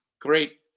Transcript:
Great